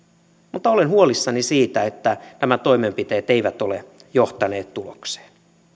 mutta olen huolissani siitä että nämä toimenpiteet eivät ole johtaneet tulokseen